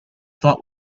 thought